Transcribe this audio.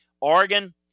Oregon